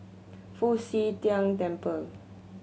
Fu Xi Tang Temple